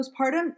postpartum